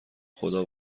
خدا